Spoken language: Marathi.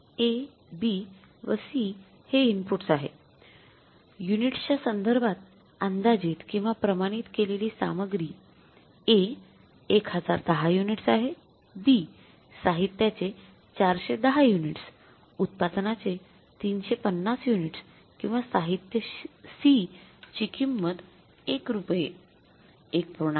A B व C हे इनपुट्स आहे युनिट्सच्या संदर्भात अंदाजित किंवा प्रमाणित केलेली सामग्री A १०१० युनिट्स आहे B साहित्याचे ४१० युनिट्स उत्पादनाचे ३५० युनिट्स किंवा साहित्य C ची किंमत १ रुपये १